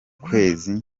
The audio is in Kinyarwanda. kwezi